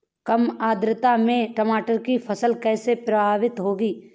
कम आर्द्रता में टमाटर की फसल कैसे प्रभावित होगी?